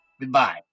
Goodbye